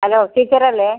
hello ടീച്ചറല്ലേ